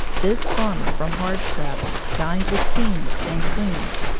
this farmer from hardscrabble dined with kings and queens,